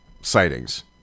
sightings